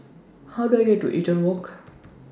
How Do I get to Eaton Walk